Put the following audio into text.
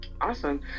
Awesome